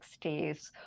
60s